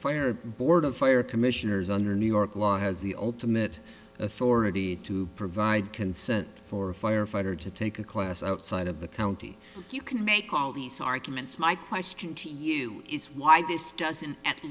fire board of fire commissioners under new york law has the ultimate authority to provide consent for a firefighter to take a class outside of the county you can make all these arguments my question to you is why this doesn't at